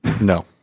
No